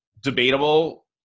debatable